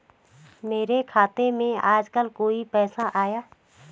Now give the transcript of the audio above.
मेरे खाते में आजकल कोई पैसा आया?